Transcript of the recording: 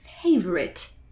favorite